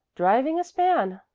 driving a span.